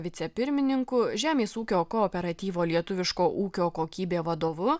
vicepirmininku žemės ūkio kooperatyvo lietuviško ūkio kokybė vadovu